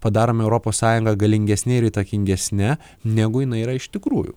padarome europos sąjunga galingesne ir įtakingesne negu jinai yra iš tikrųjų